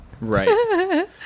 Right